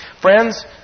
Friends